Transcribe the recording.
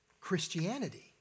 Christianity